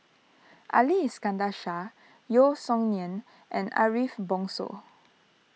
Ali Iskandar Shah Yeo Song Nian and Ariff Bongso